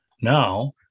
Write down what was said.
Now